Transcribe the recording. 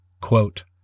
Quote